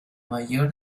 mayor